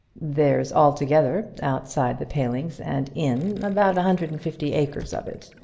there's altogether outside the palings and in, about a hundred and fifty acres of it.